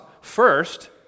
first